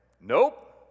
Nope